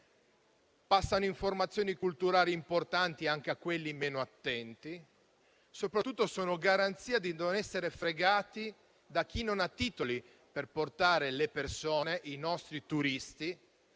passano informazioni culturali importanti anche a quelli meno attenti; soprattutto sono garanzia di non essere truffati da chi non ha titoli per portare le persone, i nostri turisti,